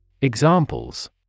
Examples